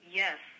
yes